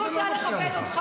מה זה קשור אליה?